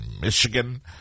Michigan